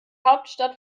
hauptstadt